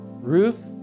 Ruth